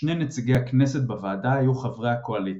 שני נציגי הכנסת בוועדה היו חברי הקואליציה.